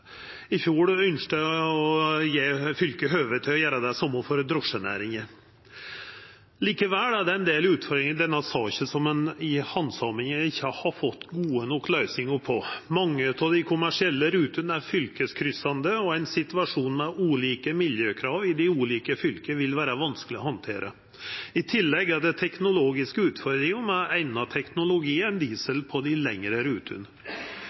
i fjor ynskte å gje fylka høve til å gjera det same for drosjenæringa. Likevel er det ein del utfordringar i denne saka som ein i handsaminga ikkje har fått gode nok løysingar på. Mange av dei kommersielle rutene er fylkeskryssande, og ein situasjon med ulike miljøkrav i dei ulike fylka vil vera vanskeleg å handtera. I tillegg er det teknologiske utfordringar med annan teknologi enn diesel på dei lengre rutene.